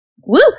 Woo